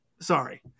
sorry